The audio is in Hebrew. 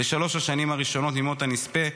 לשלוש השנים הראשונות ממות הנספה,